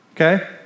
Okay